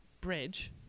Bridge